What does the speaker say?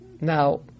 Now